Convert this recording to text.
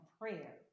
prayer